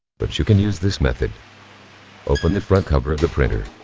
but you can use this method open the front cover of the printer.